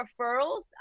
referrals